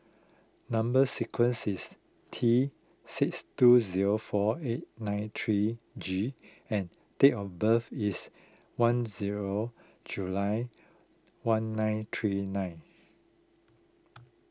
Number Sequence is T six two zero four eight nine three G and date of birth is one zero July one nine three nine